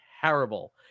terrible